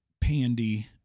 Pandy